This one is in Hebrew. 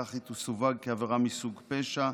כך, היא תסווג כעבירה מסוג פשע.